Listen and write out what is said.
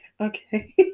Okay